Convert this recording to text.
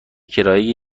کرایه